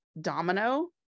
domino